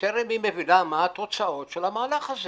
בטרם היא מבינה מה התוצאות של המהלך הזה,